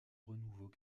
renouveau